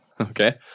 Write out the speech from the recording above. Okay